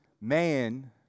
man